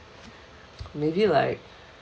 maybe like